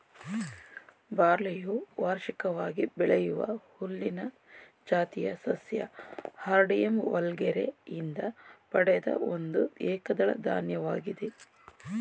ಬಾರ್ಲಿಯು ವಾರ್ಷಿಕವಾಗಿ ಬೆಳೆಯುವ ಹುಲ್ಲಿನ ಜಾತಿಯ ಸಸ್ಯ ಹಾರ್ಡಿಯಮ್ ವಲ್ಗರೆ ಯಿಂದ ಪಡೆದ ಒಂದು ಏಕದಳ ಧಾನ್ಯವಾಗಿದೆ